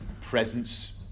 presence